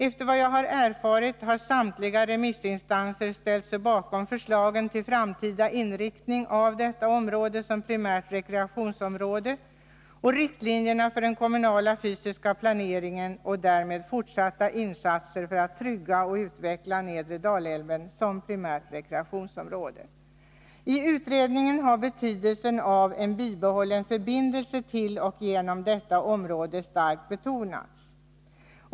Efter vad jag erfarit har samtliga remissinstanser ställt sig bakom förslagen till framtida inriktning av detta område som primärt rekreationsområde, till riktlinjerna för den kommunala fysiska planeringen och därmed till fortsatta insatser för att trygga och utveckla nedre Dalälven som primärt rekreationsområde. I utredningen har betydelsen av en bibehållen förbindelse till och genom detta område starkt betonats.